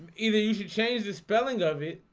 either you should change the spelling of it.